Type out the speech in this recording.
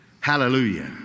Hallelujah